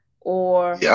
or-